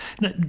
Now